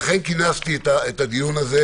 לכן כינסתי את הדיון הזה.